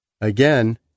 again